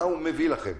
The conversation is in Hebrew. מה הוא מביא לכם?